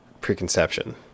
preconception